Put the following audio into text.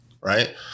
right